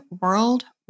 worldwide